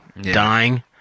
dying